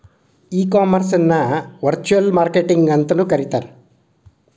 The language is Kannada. ಈ ಕಾಮರ್ಸ್ ಅನ್ನ ವರ್ಚುಅಲ್ ಮಾರ್ಕೆಟಿಂಗ್ ಅಂತನು ಕರೇತಾರ